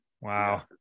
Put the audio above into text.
wow